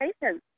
patience